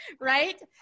right